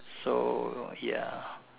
so ya